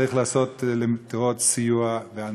צריך לעשות למטרות סיוע והנצחה.